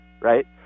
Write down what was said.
right